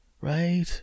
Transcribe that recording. right